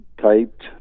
typed